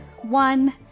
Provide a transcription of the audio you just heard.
one